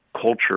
culture